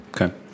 Okay